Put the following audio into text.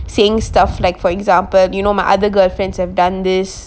saying stuff like example like my other girl friends have done this